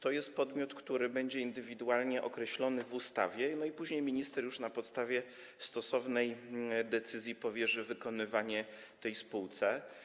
To jest podmiot, który będzie indywidualnie określony w ustawie, i później minister na podstawie stosownej decyzji powierzy wykonywanie zadań tej spółce.